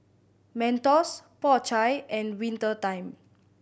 Mentos Po Chai and Winter Time